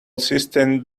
systems